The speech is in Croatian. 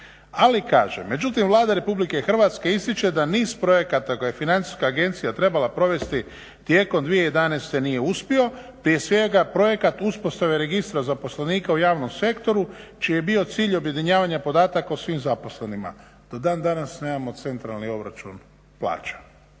Ali kaže, međutim Vlada RH ističe da niz projekata koje Financijska agencija trebala provesti tijekom 2011.nije uspio. Prije svega projekat uspostave registra zaposlenika u javnom sektoru čiji je bio cilj objedinjavanja podataka o svim zaposlenima. Do dan danas nemamo centralni obračun plaća.